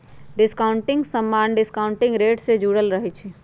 discounting समान्य discounting rate से जुरल रहै छइ